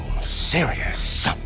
serious